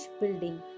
building